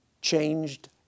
changed